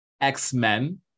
X-Men